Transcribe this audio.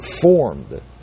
formed